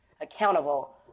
accountable